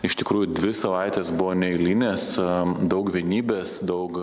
iš tikrųjų dvi savaites buvo neeilinės daug vienybės daug